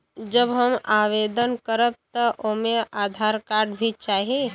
जब हम आवेदन करब त ओमे आधार कार्ड भी चाही?